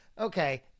okay